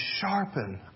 sharpen